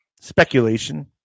speculation